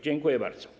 Dziękuję bardzo.